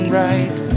right